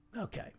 okay